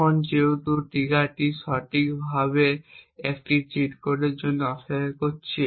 এখন যেহেতু ট্রিগারটি সঠিকভাবে একটি চিট কোডের জন্য অপেক্ষা করছে